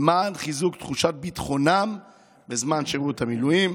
למען חיזוק תחושת ביטחונם בזמן שירות המילואים.